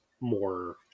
more